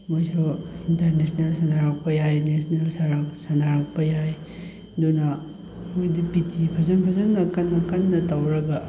ꯃꯣꯏꯁꯨ ꯏꯟꯇꯔꯅꯦꯁꯅꯦꯜ ꯁꯥꯟꯅꯔꯛꯄ ꯌꯥꯏ ꯅꯦꯁꯅꯦꯜ ꯁꯅꯥꯔꯛꯄ ꯌꯥꯏ ꯑꯗꯨꯅ ꯃꯣꯏꯗꯤ ꯄꯤ ꯇꯤ ꯐꯖ ꯐꯖꯅ ꯀꯟꯅ ꯀꯟꯅ ꯇꯧꯔꯒ